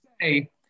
say